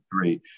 three